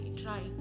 try